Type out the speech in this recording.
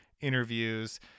interviews